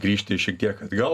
grįžti šiek tiek atgal